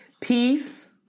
Peace